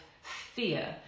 fear